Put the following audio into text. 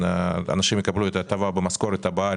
אנשים יקבלו את ההטבה במשכורת הבאה,